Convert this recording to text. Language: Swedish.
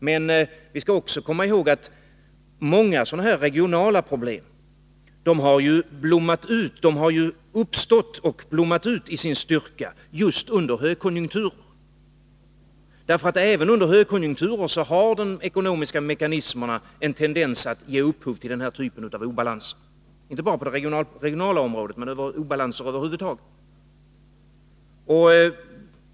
Men vi skall också komma ihåg att många sådana här regionala problem har uppstått och blommat ut i fråga om sin styrka just under högkonjunkturer. Även under högkonjunkturer har de ekonomiska mekanismerna en tendens att ge upphov till den här typen av obalanser — inte bara obalanser på det regionala området utan obalanser över huvud taget.